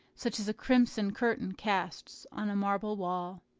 such as a crimson curtain casts on a marble wall.